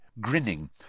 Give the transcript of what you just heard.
grinning